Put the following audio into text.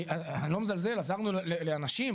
ואני לא מזלזל, עזרנו לאנשים.